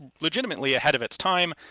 legitimately ahead of its time.